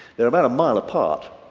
they're about a mile apart.